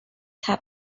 have